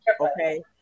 okay